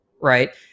right